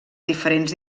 diferents